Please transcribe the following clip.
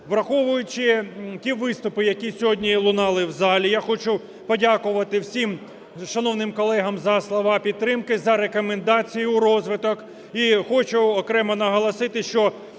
Враховуючи ті виступи, які сьогодні лунали в залі, я хочу подякувати всім шановним колегам за слова підтримки, за рекомендацію у розвиток.